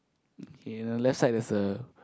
ya left side there's a